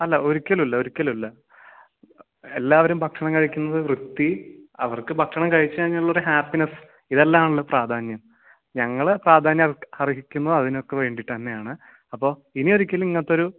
അല്ല ഒരിക്കലും ഇല്ല ഒരിക്കലും ഇല്ല എല്ലാവരും ഭക്ഷണം കഴിക്കുന്നത് വൃത്തി അവർക്ക് ഭക്ഷണം കഴിച്ച് കഴിഞ്ഞുള്ളൊരു ഹാപ്പിനെസ് ഇതെല്ലാമാണല്ലോ പ്രാധാന്യം ഞങ്ങൾ പ്രാധാന്യം അർഹിക്കുന്നത് അതിനൊക്കെ വേണ്ടിയിട്ടുതന്നെയാണ് അപ്പോൾ ഇനിയൊരിക്കലും ഇങ്ങനത്തെയൊരു